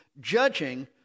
judging